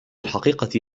الحقيقة